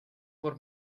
por